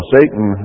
Satan